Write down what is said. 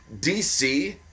DC